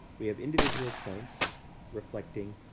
we have individual points reflecting